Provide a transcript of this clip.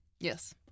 Yes